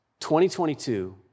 2022